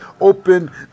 Open